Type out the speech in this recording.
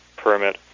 permit